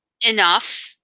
enough